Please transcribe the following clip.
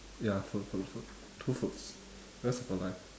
ya food food food two foods rest of your life